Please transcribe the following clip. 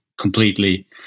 completely